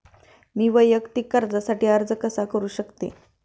मी वैयक्तिक कर्जासाठी अर्ज कसा करु शकते?